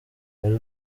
ella